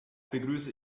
begrüße